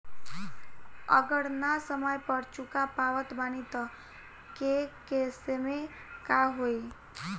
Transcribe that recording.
अगर ना समय पर चुका पावत बानी तब के केसमे का होई?